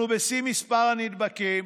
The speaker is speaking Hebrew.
אנחנו בשיא מספר הנדבקים,